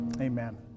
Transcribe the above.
Amen